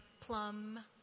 plum